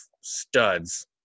studs